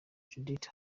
judith